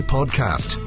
Podcast